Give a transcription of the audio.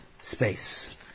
space